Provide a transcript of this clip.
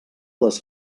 les